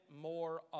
more